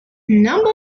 number